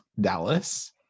dallas